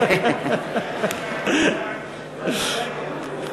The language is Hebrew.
חברי